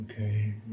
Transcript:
Okay